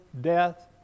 death